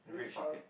red bucket